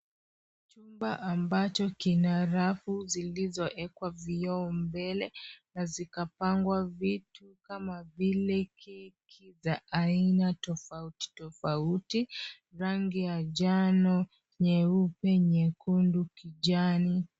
Chumba ambacho kina rafu zilizoekwa vioo mbele na zikapangwa vitu kama vile keki za aina tofautitofauti, rangi ya njano, nyeupe nyekundu, kijani.